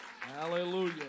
Hallelujah